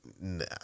nah